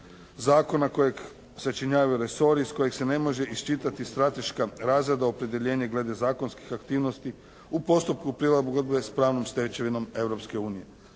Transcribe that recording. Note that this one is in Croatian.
zakona kojeg sačinjavaju resori iz kojih se ne može iščitati strateška razrada i opredjeljenje glede zakonskih aktivnosti u postupku prilagodbe s pravnom stečevinom